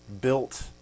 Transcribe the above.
built